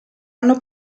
hanno